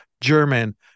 German